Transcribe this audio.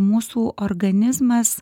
mūsų organizmas